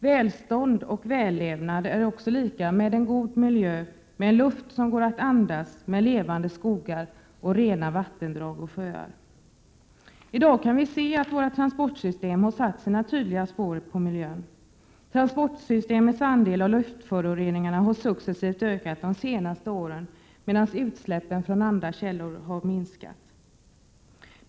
Välstånd och vällevnad är också lika med en god miljö, en luft som går att andas, levande skogar och rena vattendrag och sjöar. I dag kan vi se att vårt transportsystem har satt sina tydliga spår på miljön. Transportsystemets andel av luftföroreningarna har successivt ökat de senaste åren, medan utsläppen från andra källor har minskat.